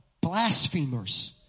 blasphemers